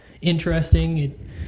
interesting